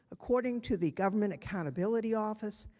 according to the government accountability office,